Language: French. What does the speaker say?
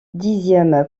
dixième